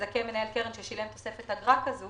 תזכה מנהל קרן ששילם תוספת אגרה כזו